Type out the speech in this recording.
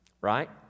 right